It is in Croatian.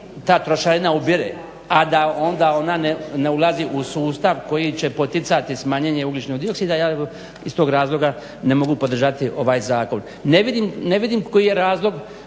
ta trošarina ubire a da onda ona ne ulazi u sustav koji će poticati smanjenje ugljičnog dioksida ja iz tog razloga ne mogu podržati ovaj zakon. Ne vidim koji je razlog